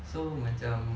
so macam